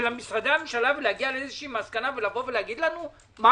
משרדי הממשלה ולהגיע למסקנה ולומר לנו מה